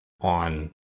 on